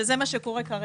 שזה מה שקורה כרגע.